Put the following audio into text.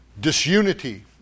disunity